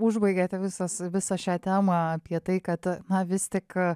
užbaigėte visas visą šią temą apie tai kad na vis tik